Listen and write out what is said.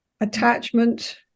attachment